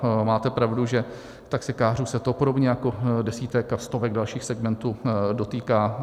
Ano, máte pravdu, že taxikářů se to podobně jako desítek a stovek dalších segmentů dotýká.